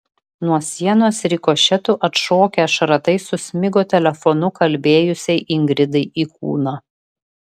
nuo sienos rikošetu atšokę šratai susmigo telefonu kalbėjusiai ingridai į kūną